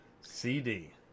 CD